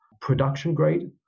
production-grade